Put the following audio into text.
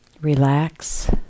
Relax